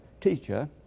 teacher